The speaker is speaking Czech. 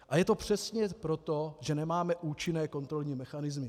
A je to přesně proto, že nemáme účinné kontrolní mechanismy.